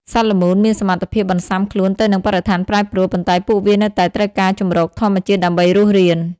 សត្វល្មូនមានសមត្ថភាពបន្សាំខ្លួនទៅនឹងបរិស្ថានប្រែប្រួល ប៉ុន្តែពួកវានៅតែត្រូវការជម្រកធម្មជាតិដើម្បីរស់រាន។